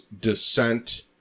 Descent